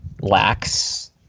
lacks